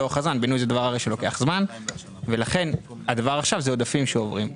בינוי לוקח זמן לכן הדבר עכשיו זה עודפים שעוברים.